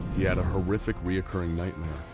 he had a horrific recurring nightmare,